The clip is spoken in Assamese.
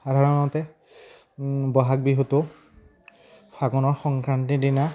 সাধাৰণতে বহাগ বিহুটো ফাগুনৰ সংক্ৰান্তিৰ দিনা